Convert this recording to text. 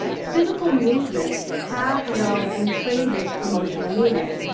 physical movements have no intrinsic emotional meaning.